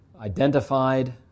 identified